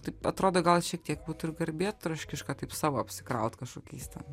taip atrodo gal šiek tiek būtų ir garbėtroškiška taip savo apsikraut kažkokiais ten